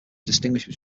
distinguished